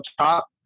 top